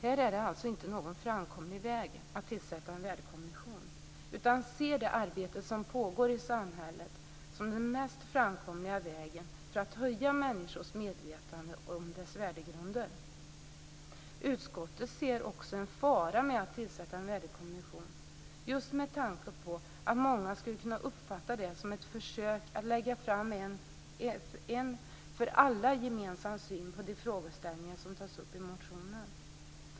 Här är det alltså inte någon framkomlig väg att tillsätta en värdekommission, utan utskottet ser det arbete som pågår i samhället som den mest framkomliga vägen för att höja människors medvetande om dess värdegrunder. Utskottet ser också en fara i att tillsätta en värdekommission just med tanke på att många skulle kunna uppfatta det som ett försök att lägga fram en för alla gemensam syn på de frågeställningar som tas upp i motionen.